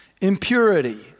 Impurity